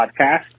Podcast